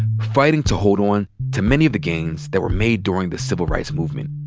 fighting to hold on to many of the gains that were made during the civil rights movement.